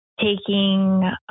taking